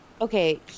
Okay